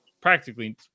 practically